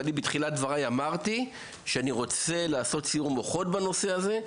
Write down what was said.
בתחילת דבריי אמרתי שאני רוצה לעשות סיעור מוחות בנושא הזה,